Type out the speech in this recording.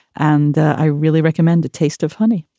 and i really recommend the taste of honey.